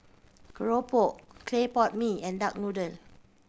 keropok clay pot mee and duck noodle